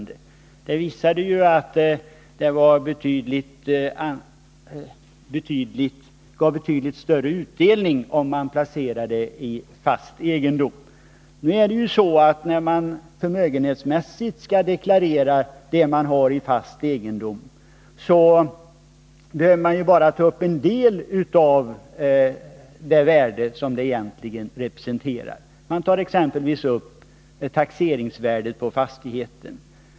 Det visade att det gav betydligt större utdelning att placera pengarna i fast egendom. När man förmögenhetsmässigt deklarerar de pengar man har i fast egendom behöver man bara ta upp en del av det värde som egendomen representerar. Man tar upp taxeringsvärdet på fastigheten exempelvis.